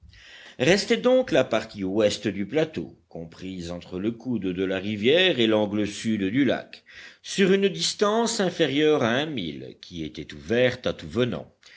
restait donc la partie ouest du plateau comprise entre le coude de la rivière et l'angle sud du lac sur une distance inférieure à un mille qui était ouverte à tout venant